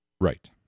right